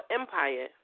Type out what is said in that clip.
Empire